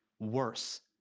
worse.